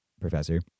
professor